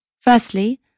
Firstly